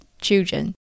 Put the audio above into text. children